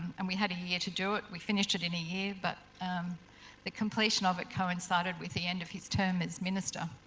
and we had a year to do it, we finished it in a year but the completion of it coincided with the end of his term as minister.